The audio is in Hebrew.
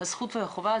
הזכות והחובה,